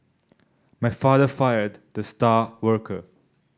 my father fired the star worker